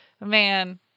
man